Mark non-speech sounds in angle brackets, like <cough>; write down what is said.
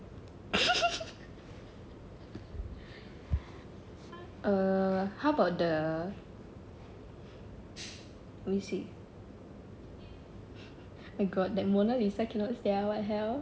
<laughs> err how about the <breath> let me see <laughs> they got the mona lisa cannot sia what the hell